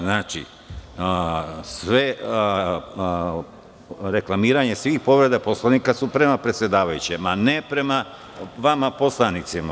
Znači, reklamiranje svih povreda Poslovnika su prema predsedavajućem, a ne prema vama, poslanicima.